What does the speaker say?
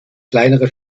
kleinere